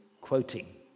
quoting